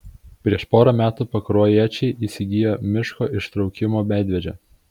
prieš pora metų pakruojiečiai įsigijo miško ištraukimo medvežę